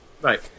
Right